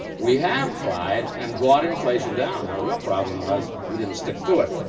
we have tried and brought inflation down. our real problem was, we didn't stick to it.